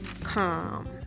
calm